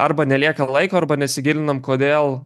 arba nelieka laiko arba nesigilinam kodėl